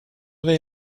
they